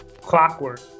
clockwork